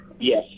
Yes